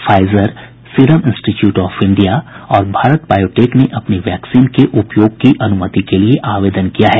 Pfizer Serum Institute of India और Bharat Biotech ने अपनी वैक्सीन के उपयोग की अनुमति के लिए आवेदन किया है